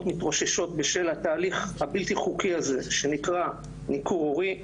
מתרוששות בשל התהליך הבלתי חוקי הזה שנקרא ניכור הורי,